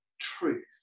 truth